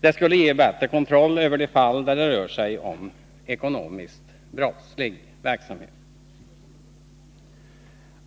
Det skulle ge bättre kontroll över de fall då det rör sig om ekonomisk brottslighet.